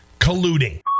colluding